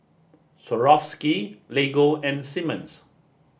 Swarovski Lego and Simmons